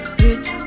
rich